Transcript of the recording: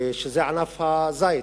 שזה ענף הזית.